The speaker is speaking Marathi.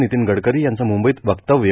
नितीन गडकरी यांचं मुंबईत वक्तव्य